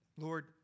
Lord